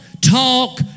talk